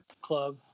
club